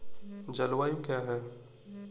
जलवायु क्या है?